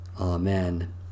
Amen